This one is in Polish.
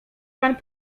pan